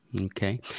Okay